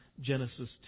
Genesis